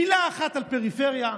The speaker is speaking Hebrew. מילה אחת על פריפריה,